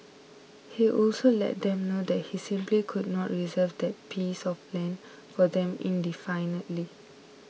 he also let them know that he simply could not reserve that piece of land for them indefinitely